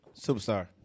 Superstar